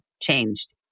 changed